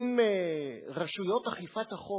אם רשויות אכיפת החוק